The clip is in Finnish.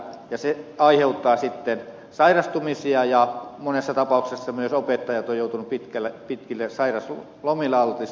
se aiheuttaa sitten sairastumisia ja monessa tapauksessa myös opettajat ovat joutuneet pitkille sairaslomille altistuttuaan tähän homeongelmaan